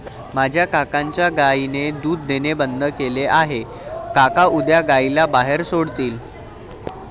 माझ्या काकांच्या गायीने दूध देणे बंद केले आहे, काका उद्या गायीला बाहेर सोडतील